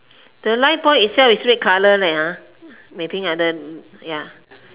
the life buoy itself is red colour leh !huh! Mei-Ting ah the ya